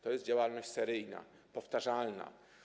To jest działalność seryjna, powtarzalna.